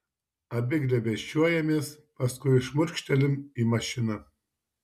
abi glėbesčiuojamės paskui šmurkštelim į mašiną